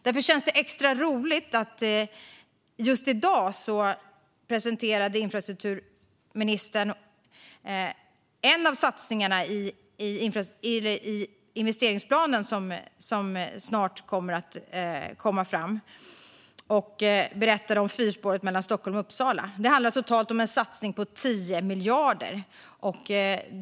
Därför känns det extra roligt att infrastrukturministern just i dag presenterade en av satsningarna i investeringsplanen som snart kommer att komma fram och berättade om fyrspåret mellan Stockholm och Uppsala. Det handlar totalt om en satsning på 10 miljarder.